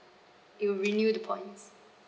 it'll renew the points